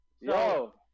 Yo